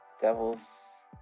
devils